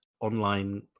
online